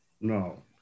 No